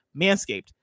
manscaped